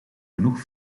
genoeg